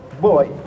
boy